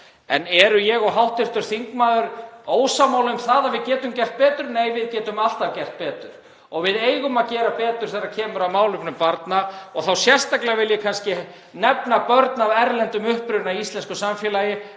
En erum við, ég og hv. þingmaður, ósammála um það að við getum gert betur? Nei, við getum alltaf gert betur og við eigum að gera betur þegar kemur að málefnum barna og þá vil ég sérstaklega nefna börn af erlendum uppruna í íslensku samfélagi